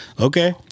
Okay